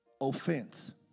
Offense